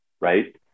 right